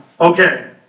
okay